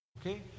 okay